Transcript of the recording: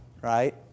right